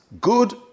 good